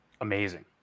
amazing